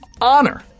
honor